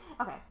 Okay